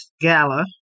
gala